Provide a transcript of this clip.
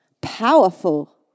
Powerful